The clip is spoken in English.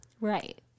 right